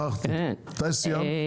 מתי סיימת?